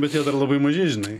bet jie dar labai maži žinai